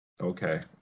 Okay